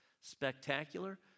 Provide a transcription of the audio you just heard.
Spectacular